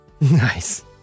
Nice